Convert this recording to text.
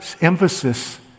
emphasis